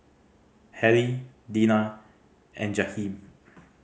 Halle Dina and Jahiem